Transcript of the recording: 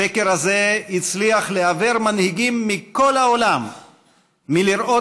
השקר הזה הצליח לעוור מנהיגים מכל העולם מלראות